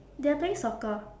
they're playing soccer